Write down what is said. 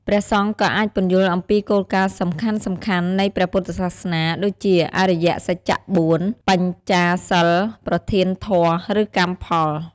ព្រះសង្ឃក៏អាច ពន្យល់អំពីគោលការណ៍សំខាន់ៗនៃព្រះពុទ្ធសាសនា ដូចជា អរិយសច្ច៤ បញ្ចសីល ប្រធានធម៌ ឬកម្មផល។